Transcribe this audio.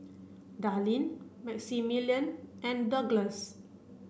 Darlene Maximillian and Douglass